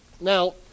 Now